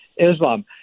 Islam